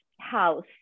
house